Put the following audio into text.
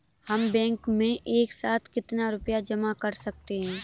हम बैंक में एक साथ कितना रुपया जमा कर सकते हैं?